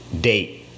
date